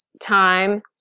time